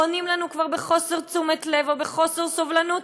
ועונים לנו כבר בחוסר תשומת לב ובחוסר סבלנות,